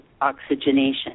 oxygenation